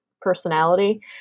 personality